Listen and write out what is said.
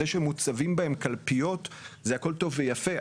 זה שמוצבים בהם קלפיות זה הכול טוב ויפה,